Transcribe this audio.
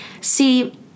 See